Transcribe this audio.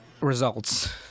results